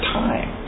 time